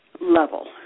level